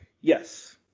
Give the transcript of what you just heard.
Yes